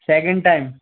second time